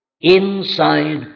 inside